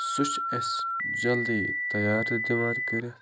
سُہ چھِ اسہِ جلدی تیار تہِ دِوان کٔرِتھ